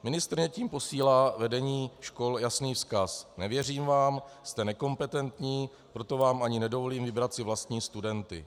Ministryně tím posílá vedení škol jasný vzkaz: Nevěřím vám, jste nekompetentní, proto vám ani nedovolím vybrat si vlastní studenty.